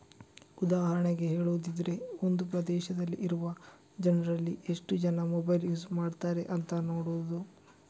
ಉದಾಹರಣೆಗೆ ಹೇಳುದಿದ್ರೆ ಒಂದು ಪ್ರದೇಶದಲ್ಲಿ ಇರುವ ಜನ್ರಲ್ಲಿ ಎಷ್ಟು ಜನ ಮೊಬೈಲ್ ಯೂಸ್ ಮಾಡ್ತಾರೆ ಅಂತ ನೋಡುದು